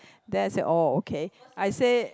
then I say oh okay I say